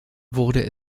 wurde